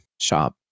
shop